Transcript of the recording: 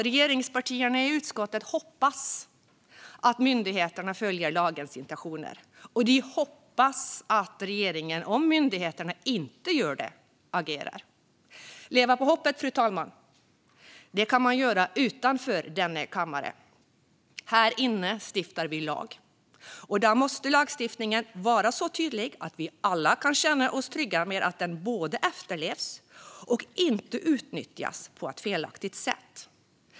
Regeringspartierna i utskottet hoppas att myndigheterna följer lagens intentioner. Och de hoppas att regeringen, om myndigheterna inte gör det, agerar. Att leva på hoppet, fru talman, kan man göra utanför denna kammare. Här inne stiftar vi lag, och lagstiftningen måste vara så tydlig att vi alla kan känna oss trygga både med att den efterlevs och att den inte utnyttjas på ett felaktigt sätt.